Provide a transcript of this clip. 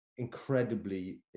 Incredibly